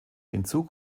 hinzu